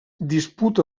disputa